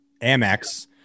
Amex